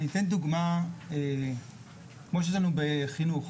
אני אתן דוגמה מתחום החינוך.